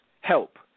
Help